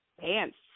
pants